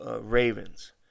Ravens